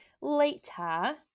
later